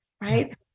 right